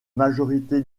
majorité